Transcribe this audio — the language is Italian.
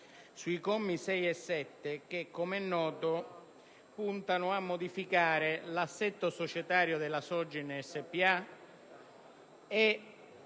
sui commi 6 e 7 che, come noto, puntano a modificare l'assetto societario della Sogin spa e